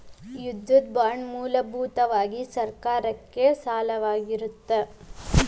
ಯುದ್ಧದ ಬಾಂಡ್ ಮೂಲಭೂತವಾಗಿ ಸರ್ಕಾರಕ್ಕೆ ಸಾಲವಾಗಿರತ್ತ